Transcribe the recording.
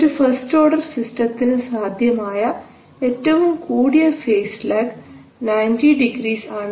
ഒരു first order സിസ്റ്റത്തിന് സാധ്യമായ ഏറ്റവും കൂടിയ ഫേസ് ലാഗ് 90 ഡിഗ്രിസ് ആണ്